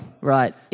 Right